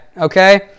okay